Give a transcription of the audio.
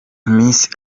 miss